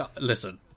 listen